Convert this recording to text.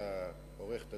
(תיקון מס' 3),